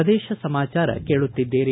ಪ್ರದೇಶ ಸಮಾಚಾರ ಕೇಳುತ್ತಿದ್ದೀರಿ